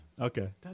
Okay